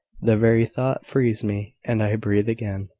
the very thought frees me, and i breathe again!